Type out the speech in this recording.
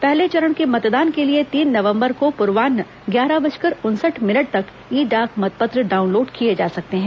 पहले चरण के मतदान के लिए तीन नवम्बर को पूर्वान्ह ग्यारह बजकर उनसठ मिनट तक ई डाक मतपत्र डाउनलोड किए जा सकते हैं